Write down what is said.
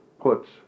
puts